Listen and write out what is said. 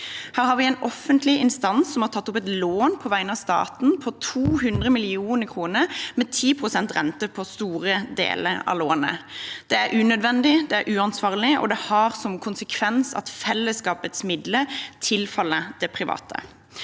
Her har vi en offentlig instans som tar opp et lån på vegne av staten på 200 mill. kr med 10 pst. rente på store deler av lånet. Det er unødvendig, det er uansvarlig, og det har som konsekvens at fellesskapets midler tilfaller det private.